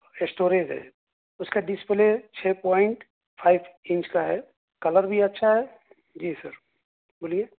storage ہے اس کا ڈسپلے چھ پوائنٹ فائیو اینچ کا ہے کلر بھی اچھا ہے جی سر بولیے